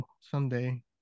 Someday